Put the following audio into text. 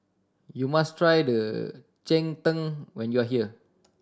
you must tried cheng tng when you are here